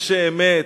אנשי אמת,